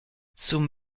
zum